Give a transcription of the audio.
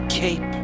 cape